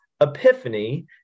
epiphany